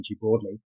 broadly